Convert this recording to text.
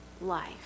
life